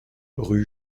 rue